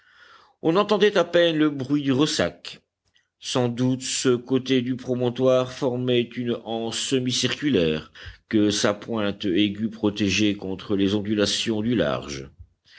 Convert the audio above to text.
on entendait à peine le bruit du ressac sans doute ce côté du promontoire formait une anse semicirculaire que sa pointe aiguë protégeait contre les ondulations du large